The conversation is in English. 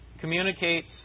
communicates